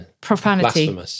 Profanity